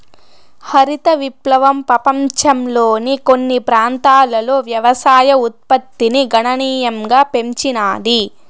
హరిత విప్లవం పపంచంలోని కొన్ని ప్రాంతాలలో వ్యవసాయ ఉత్పత్తిని గణనీయంగా పెంచినాది